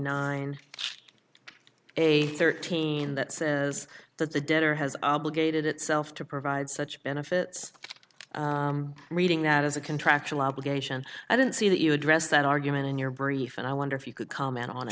nine a thirteen that says that the debtor has obligated itself to provide such benefits reading that as a contractual obligation i don't see that you address that argument in your brief and i wonder if you could comment on